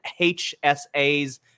hsa's